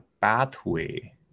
pathway